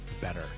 better